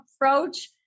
approach